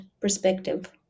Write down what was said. perspective